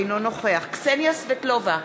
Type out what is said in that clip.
אינו נוכח קסניה סבטלובה,